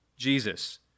Jesus